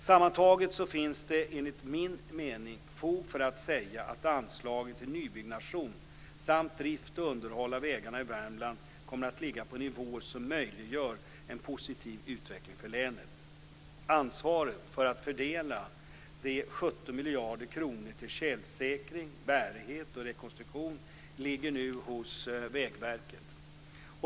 Sammantaget finns det enligt min mening fog för att säga att anslagen till nybyggnation samt drift och underhåll av vägarna i Värmland kommer att ligga på nivåer som möjliggör en positiv utveckling för länet. Ansvaret för att fördela de 17 miljarder kronorna till tjälsäkring, bärighet och rekonstruktion ligger nu hos Vägverket.